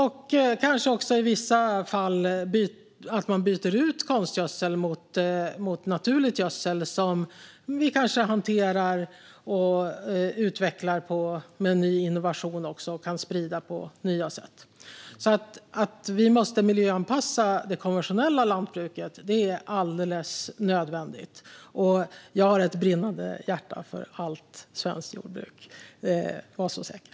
I vissa fall kan man kanske också byta ut konstgödsel mot naturlig gödsel, som vi kan hantera, utveckla och med hjälp av innovationer även sprida på nya sätt. Vi måste miljöanpassa det konventionella lantbruket; det är alldeles nödvändigt. Jag har ett brinnande hjärta för allt svenskt jordbruk - var så säker!